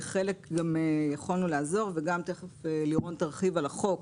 לחלק גם יכולנו לעזור וגם תיכף לירון תרחיב על החוק